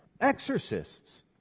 exorcists